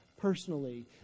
personally